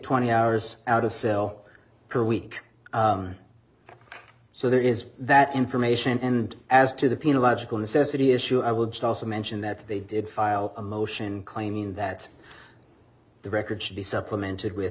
twenty hours out of cell per week so there is that information and as to the penal logical necessity issue i will just also mention that they did d file a motion claiming that the records should be supplemented with